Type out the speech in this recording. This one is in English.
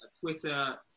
Twitter